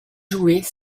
jouets